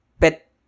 pet